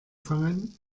fangen